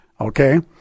Okay